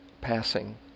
passing